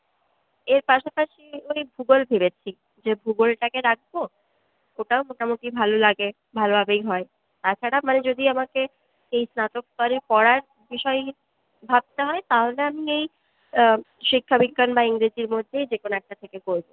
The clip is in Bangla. এর পাশাপাশি ওই ভূগোল ভেবেছি যে ভূগোলটাকে রাখবো ওটাও মোটামুটি ভালো লাগে ভালোভাবেই হয় তাছাড়া মানে যদি আমাকে এই স্নাতক স্তরে পড়ার বিষয়ে ভাবতে হয় তাহলে আমি এই শিক্ষাবিজ্ঞান ইংরেজির মধ্যেই যেকোনো একটা থেকে করবো